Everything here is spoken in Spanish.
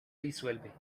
disuelve